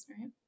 right